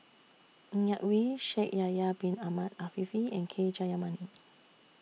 Ng Yak Whee Shaikh Yahya Bin Ahmed Afifi and K Jayamani